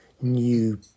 new